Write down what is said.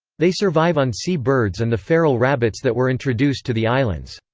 they survive on sea birds and the feral rabbits that were introduced to the islands.